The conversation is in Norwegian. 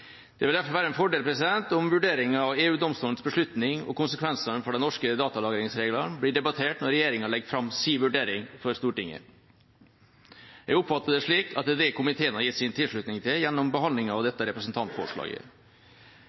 Det vil derfor være en fordel om vurderinga av EU-domstolens beslutning og konsekvensene for norske datalagringsregler blir debattert når regjeringa legger fram sin vurdering for Stortinget. Jeg oppfatter det slik at det er det komiteen har gitt sin tilslutning til gjennom dette representantforslaget.